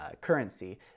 currency